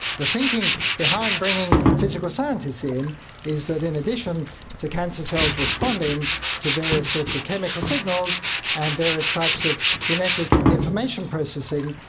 the thinking behind bringing physical scientists in is that in addition to cancer cells responding to various sorts of chemical signals and various types of genetic information processing,